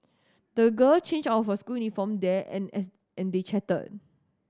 the girl changed out of her school uniform there and an and they chatted